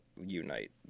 unite